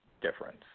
difference